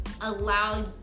allow